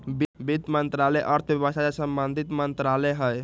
वित्त मंत्रालय अर्थव्यवस्था से संबंधित मंत्रालय हइ